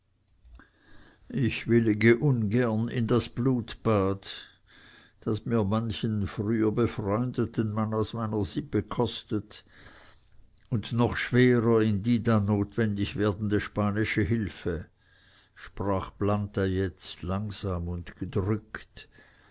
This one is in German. ich willige ungern in das blutbad das mir manchen früher befreundeten mann aus meiner sippe kostet und noch schwerer in die dann notwendig werdende spanische hilfe sprach planta jetzt langsam und gedrückt